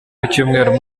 kucyumweru